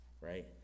right